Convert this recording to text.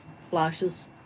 flashes